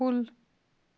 کُل